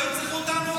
לא ירצחו אותנו?